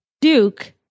Duke